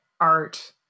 art